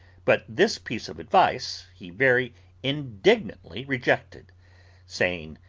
but this piece of advice he very indignantly rejected saying,